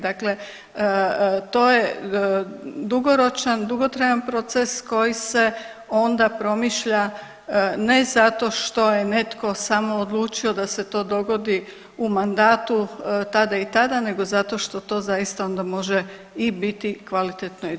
Dakle, to je dugoročan, dugotrajan proces koji se onda promišlja ne zato što je netko samo odlučio da se to dogodi u mandatu tada i tada, nego zato što to zaista onda može i biti kvalitetno i dobro.